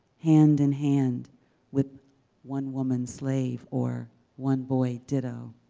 hand-in-hand with one woman slave or one boy ditto,